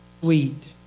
Sweet